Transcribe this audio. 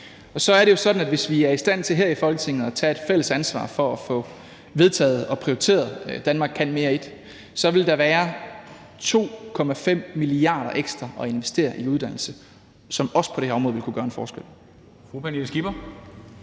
Så er det jo sådan, at hvis vi her i Folketinget er i stand til at tage et fælles ansvar for at få vedtaget og prioriteret »Danmark kan mere I«, vil der være 2,5 mia. kr. ekstra til at investere i uddannelse, hvilket også på det her område vil kunne gøre en forskel.